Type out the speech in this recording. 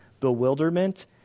bewilderment